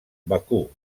bakú